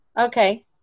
Okay